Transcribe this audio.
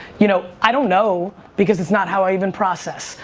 you know, i don't know because, it's not how i even process.